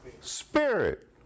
Spirit